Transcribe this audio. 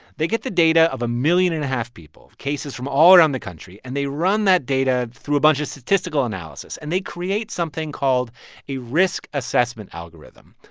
they get the data of a million and a half people cases from all around the country. and they run that data through a bunch of statistical analyses. and they create something called a risk assessment algorithm.